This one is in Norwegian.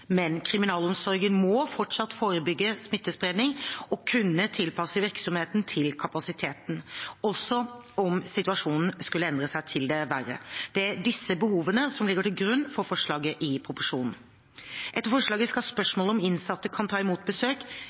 men kriminalomsorgen må fortsatt forebygge smittespredning og kunne tilpasse virksomheten til kapasiteten, også om situasjonen skulle endre seg til det verre. Det er disse behovene som ligger til grunn for forslaget i proposisjonen. Etter forslaget skal spørsmålet om innsatte kan ta imot besøk,